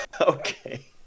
okay